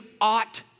ought